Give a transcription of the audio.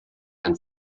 and